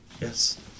Yes